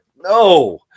No